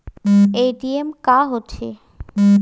ATM का होथे?